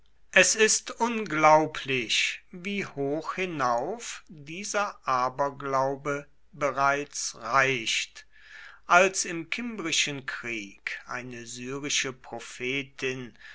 es ist unglaublich wie hoch hinauf dieser aberglaube bereits reicht als im kimbrischen krieg eine syrische prophetin